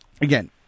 again